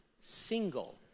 single